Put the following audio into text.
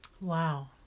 Wow